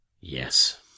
Yes